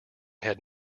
had